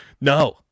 No